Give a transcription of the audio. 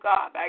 God